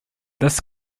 this